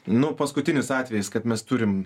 nu paskutinis atvejis kad mes turim